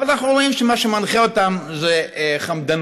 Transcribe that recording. אבל אנחנו רואים שמה שמנחה אותם זה חמדנות.